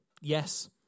Yes